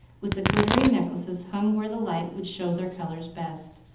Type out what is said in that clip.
with the glittering necklaces hung where the light would show their colors best.